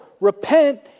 repent